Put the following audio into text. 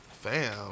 Fam